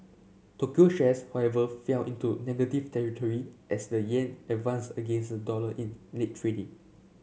Tokyo shares however fell into negative territory as the yen advanced against the dollar in late